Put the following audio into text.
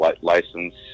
license